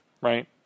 right